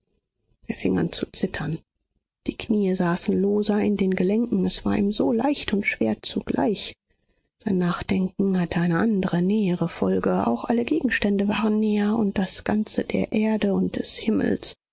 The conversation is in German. er fing an zu zittern die knie saßen loser in den gelenken es war ihm so leicht und schwer zugleich sein nachdenken hatte eine andre nähere folge auch alle gegenstände waren näher und das ganze der erde und des himmels